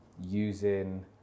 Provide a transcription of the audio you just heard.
using